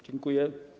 Dziękuję.